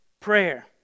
prayer